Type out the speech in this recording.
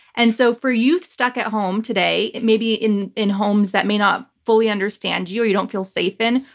and so for youth stuck at home today, maybe in in homes that may not fully understand you, or you don't feel safe in,